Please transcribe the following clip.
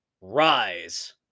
Rise